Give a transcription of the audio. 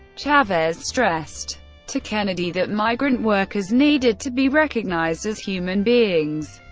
chavez stressed to kennedy that migrant workers needed to be recognized as human beings.